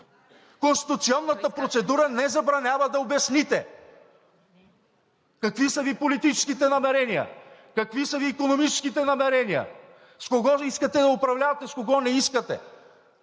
Конституционната процедура не забранява да обясните какви са Ви политическите намерения, какви са Ви икономическите намерения, с кого искате да управлявате, с кого не искате.